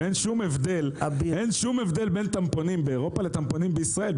ואין שום הבדל בין טמפונים באירופה לטמפונים בישראל.